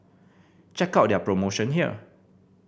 check out their promotion here